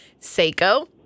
Seiko